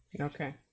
Okay